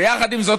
ויחד עם זאת,